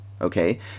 okay